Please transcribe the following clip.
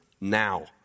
now